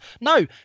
No